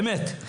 באמת,